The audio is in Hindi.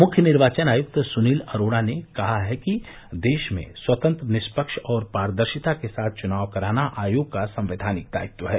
मुख्य निर्वाचन आयुक्त सुनील अरोड़ा ने कहा कि देश में स्वतंत्र निष्पक्ष और पारदर्शिता के साथ चुनाव कराना आयोग का संवैधानिक दायित्व है